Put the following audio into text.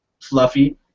fluffy